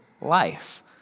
life